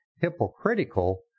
hypocritical